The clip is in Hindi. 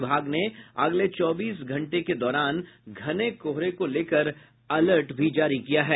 विभाग ने अगले चौबीस घंटे के दौरान घने कोहरे को लेकर अलर्ट जारी किया है